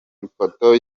ifoto